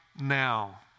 Now